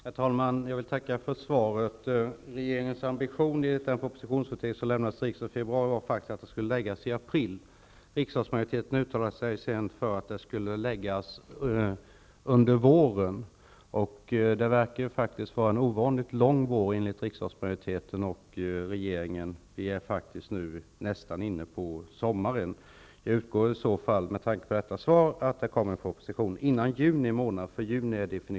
Herr talman! Jag vill tacka för svaret. Regeringens ambition enligt den propositionsförteckning som lämnades till riksdagen i februari var att propositionen skulle läggas fram i april. Riksdagsmajoriteten uttalade sig sedan för att den skulle läggas fram under våren. Det verkar vara en ovanligt lång vår för riksdagsmajoriteten och regeringen. Vi är nu faktiskt nästan inne på sommaren. Med tanke på detta svar utgår jag från att det kommer en proposition före juni månad.